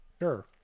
Sure